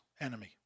enemy